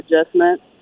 adjustments